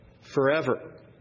forever